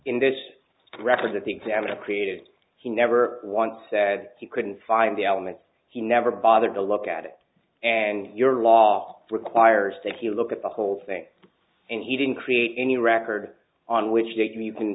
in this represent the examiner created he never once said he couldn't find the elements he never bothered to look at it and your law requires taking a look at the whole thing and he didn't create any record on which data you can